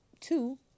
Two